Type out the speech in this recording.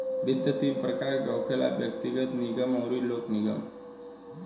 वित्त तीन प्रकार के होखेला व्यग्तिगत, निगम अउरी लोक निगम